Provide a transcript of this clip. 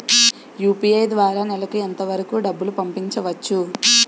UPI ద్వారా నెలకు ఎంత వరకూ డబ్బులు పంపించవచ్చు?